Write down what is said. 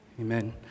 Amen